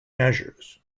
measures